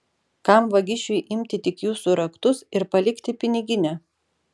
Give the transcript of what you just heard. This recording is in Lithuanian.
kam vagišiui imti tik jūsų raktus ir palikti piniginę